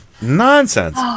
nonsense